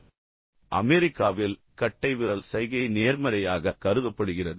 எனவே அமெரிக்காவில் கட்டைவிரல் சைகை நேர்மறையாக கருதப்படுகிறது